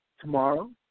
tomorrow